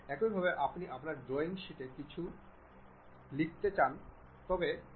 একইভাবে আপনি আপনার ড্রয়িং শীটে কিছু পাঠ্য লিখতে চাই